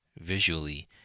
visually